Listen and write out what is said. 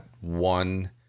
one